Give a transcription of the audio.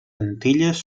antilles